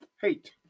hate